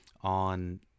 on